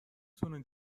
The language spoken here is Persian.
تونه